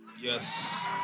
Yes